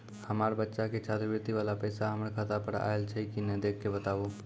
हमार बच्चा के छात्रवृत्ति वाला पैसा हमर खाता पर आयल छै कि नैय देख के बताबू?